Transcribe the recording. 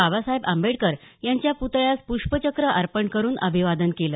बाबासाहेब आंबेडकर यांच्या पुतळयास पुष्पचक्र अर्पण करुन अभिवादन केलं